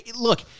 look